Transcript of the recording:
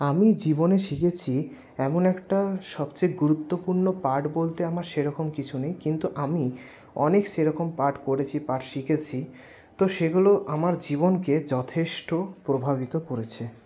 আমি জীবনে শিখেছি এমন একটা সবচেয়ে গুরুত্বপূর্ণ পাঠ বলতে আমার সেরকম কিছু নেই কিন্তু আমি অনেক সেরকম পাঠ করেছি পাঠ শিখেছি তো সেগুলো আমার জীবনকে যথেষ্ট প্রভাবিত করেছে